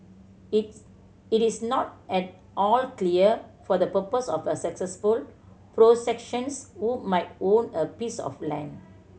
it's it is not at all clear for the purpose of a successful prosecutions who might own a piece of land